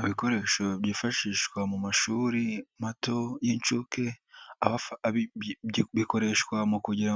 Ibikoresho byifashishwa mu mashuri mato y'inshuke, bikoreshwa mu kugira